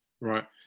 Right